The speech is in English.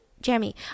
Jeremy